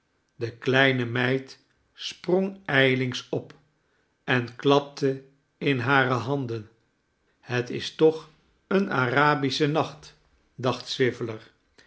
de kleine meid sprong ij lings op en klapte in hare handen het is toch een arabische nacht dacht